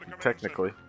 technically